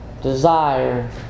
Desire